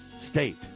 state